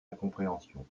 incompréhension